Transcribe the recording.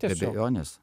be bejonės